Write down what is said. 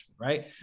right